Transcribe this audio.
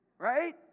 Right